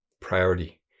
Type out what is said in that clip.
priority